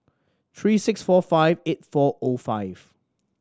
three six four five eight four O five